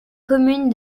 commune